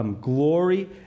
glory